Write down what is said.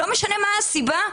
לא משנה מה הסיבה?